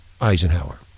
Eisenhower